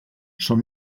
són